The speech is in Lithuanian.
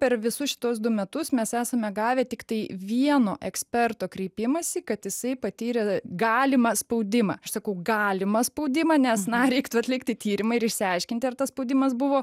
per visus šituos du metus mes esame gavę tiktai vieno eksperto kreipimąsi kad jisai patyrė galimą spaudimą aš sakau galimą spaudimą nes na reiktų atlikti tyrimą ir išsiaiškinti ar tas spaudimas buvo